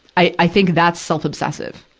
i, i think that's self-obsessive.